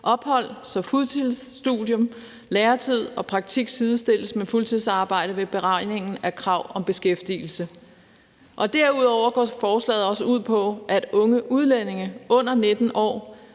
ophold, så fuldtidsstudium, læretid og praktik sidestilles med fuldtidsarbejde ved beregningen af krav for beskæftigelse. Derudover går forslaget også ud på, at unge udlændinge under 19 år